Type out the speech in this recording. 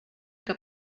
que